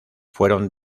fueron